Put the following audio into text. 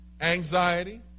anxiety